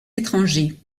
étrangers